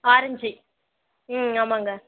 orange ம் ஆமாங்க